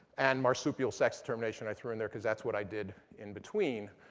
and marsupial sex determination, i threw in there because that's what i did in between.